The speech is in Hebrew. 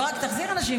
לא רק שתחזיר אנשים,